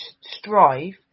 strive